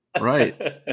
Right